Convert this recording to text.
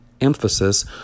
emphasis